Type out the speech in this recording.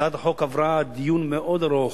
הצעת החוק עברה דיון מאוד ארוך,